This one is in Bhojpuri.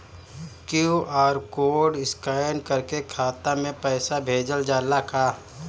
क्यू.आर कोड स्कैन करके खाता में पैसा भेजल जाला का?